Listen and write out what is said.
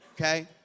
okay